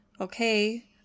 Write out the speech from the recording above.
okay